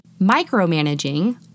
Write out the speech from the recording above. Micromanaging